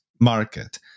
market